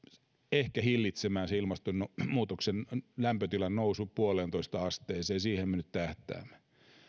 ehkä hillitsemään ilmastonmuutoksen lämpötilan nousun yhteen pilkku viiteen asteeseen siihen me nyt tähtäämme